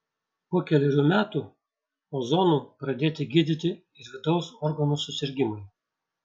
po kelerių metų ozonu pradėti gydyti ir vidaus organų susirgimai